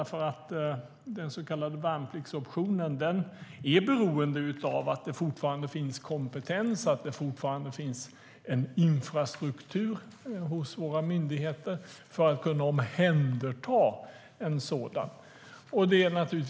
Den så kallade värnpliktsoptionen är beroende av att det fortfarande finns kompetens och att det fortfarande finns en infrastruktur hos våra myndigheter för att kunna omhänderta en sådan.